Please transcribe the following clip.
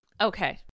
Okay